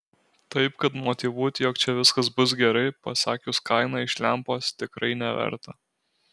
taip kad motyvuot jog čia viskas bus gerai pasakius kainą iš lempos tikrai neverta